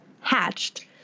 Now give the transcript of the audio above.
hatched